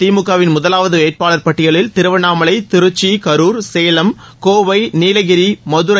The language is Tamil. திமுகவின் முதலாவது வேட்பாளர் பட்டியலில் திருவண்ணாமலை திருச்சி கருர் சேலம் கோவை நீலகிரி மதுரை